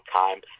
time